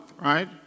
right